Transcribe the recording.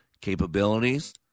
capabilities